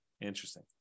interesting